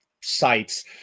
sites